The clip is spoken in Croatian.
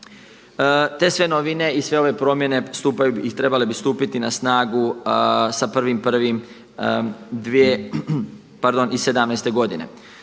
Te sve novine i sve ove promjene stupaju i trebale bi stupiti na snagu sa 1.1.2017. godine.